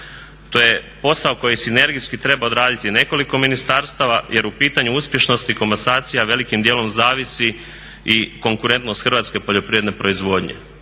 to je posao koji sinergijski treba odraditi nekoliko ministarstava jer u pitanju uspješnosti komasacija velikim dijelom zavisi i konkurentnost hrvatske poljoprivredne proizvodnje.